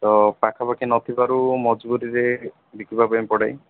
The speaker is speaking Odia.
ତ ପାଖାପାଖି ନଥିବାରୁ ମଜବୁରିରେ ବିକିବା ପାଇଁ ପଡ଼େ